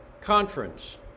conference